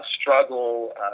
struggle